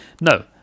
No